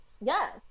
yes